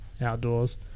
outdoors